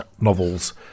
novels